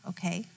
Okay